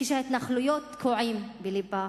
שההתנחלויות תקועות בלבה.